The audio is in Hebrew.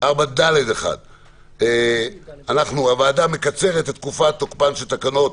4ד1 הוועדה מקצרת את תקופת תוקפן של תקנות